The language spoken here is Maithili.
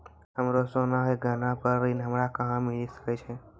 हमरो सोना के गहना पे ऋण हमरा कहां मिली सकै छै?